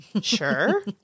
sure